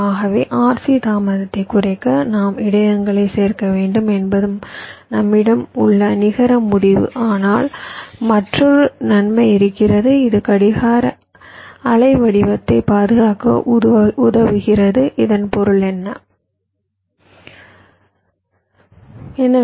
ஆகவே RC தாமதத்தை குறைக்க நாம் இடையகங்களை சேர்க்க வேண்டும் என்பது நம்மிடம் உள்ள நிகர முடிவு ஆனால் மற்றொரு நன்மை இருக்கிறது இது கடிகார அலைவடிவத்தை பாதுகாக்க உதவுகிறது இதன் பொருள் என்ன